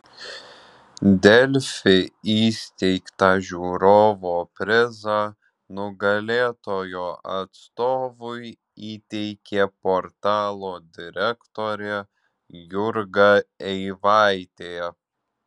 delfi įsteigtą žiūrovo prizą nugalėtojo atstovui įteikė portalo direktorė jurga eivaitė